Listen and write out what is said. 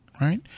right